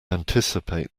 anticipate